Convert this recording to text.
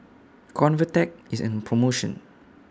Convatec IS on promotion